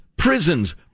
Prisons